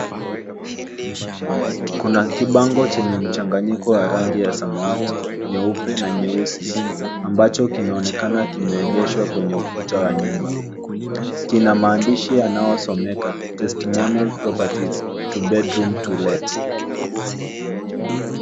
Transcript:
Kuna kibango chenye mchanganyiko wa rangi ya samawati, nyeupe na nyeusi ambacho kinaonekana kimeegeshwa kwenye ukuta wa nyumba. Kina maandishi yanayosomeka Testimonial Properties two bedroom to let .